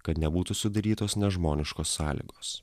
kad nebūtų sudarytos nežmoniškos sąlygos